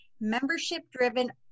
membership-driven